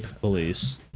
police